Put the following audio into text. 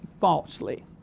falsely